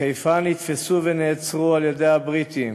בחיפה נתפסו ונעצרו על-ידי הבריטים